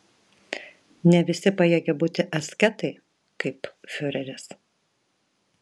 ne visi pajėgia būti asketai kaip fiureris